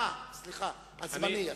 סליחה, הזמני.